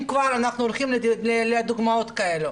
אם כבר אנחנו הולכים לדוגמאות כאלה.